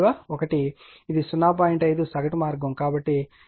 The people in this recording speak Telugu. కాబట్టి దీన్ని చూడండి